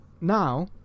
now